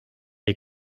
jäi